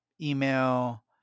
email